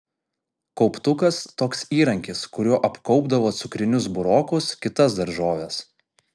kauptukas toks įrankis kuriuo apkaupdavo cukrinius burokus kitas daržoves